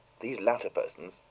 these latter persons,